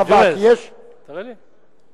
תראה לי?